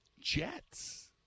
Jets